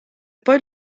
poi